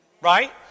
Right